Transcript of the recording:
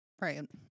Right